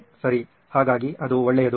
ಸರಿ ಹಾಗಾಗಿ ಅದು ಒಳ್ಳೆಯದು